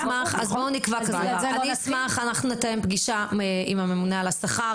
אנחנו נתאם פגישה עם הממונה על השכר